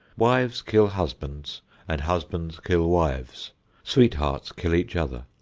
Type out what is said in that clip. wives kill husbands and husbands kill wives sweethearts kill each other.